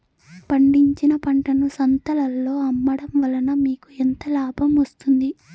పండించిన పంటను సంతలలో అమ్మడం వలన మీకు ఎంత లాభం వస్తుంది?